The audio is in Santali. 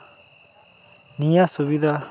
ᱱᱤᱭᱟᱹ ᱥᱩᱵᱤᱫᱟ